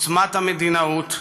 עוצמת המדינאות,